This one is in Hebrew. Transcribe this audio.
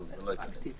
זו הוראה מחייבת